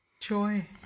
Joy